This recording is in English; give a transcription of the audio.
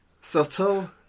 subtle